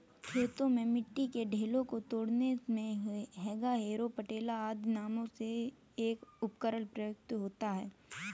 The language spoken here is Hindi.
खेतों में मिट्टी के ढेलों को तोड़ने मे हेंगा, हैरो, पटेला आदि नामों से एक उपकरण प्रयुक्त होता है